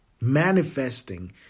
manifesting